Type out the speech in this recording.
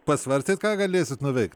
pasvarstėt ką galėsit nuveikt